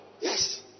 Yes